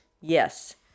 Yes